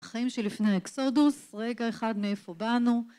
החיים שלפני האקסודוס, רגע אחד מאיפה באנו